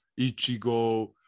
Ichigo